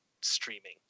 streaming